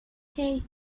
hey